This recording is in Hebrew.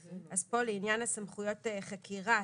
אז פה לעניין סמכויות החקירה,